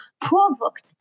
provoked